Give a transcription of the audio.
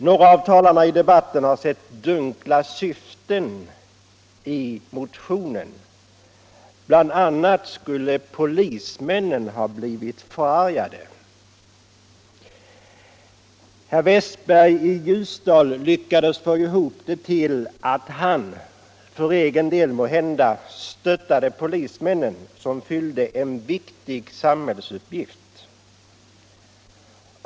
Några av talarna i debatten har sett dunkla syften i motionen. Bl. a. skulle polismännen ha blivit förargade. Herr Westberg i Ljusdal lyckades få ihop det till att han — för egen del måhända — stöttade polismännen, som fyllde en viktig samhällsuppgift.